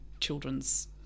children's